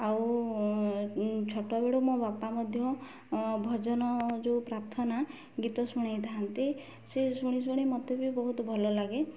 ଆଉ ଛୋଟବେଳୁ ମୋ ବାପା ମଧ୍ୟ ଭଜନ ଯେଉଁ ପ୍ରାର୍ଥନା ଗୀତ ଶୁଣାଇଥାନ୍ତି ସେ ଶୁଣି ଶୁଣି ମୋତେ ବି ବହୁତ ଭଲ ଲାଗେ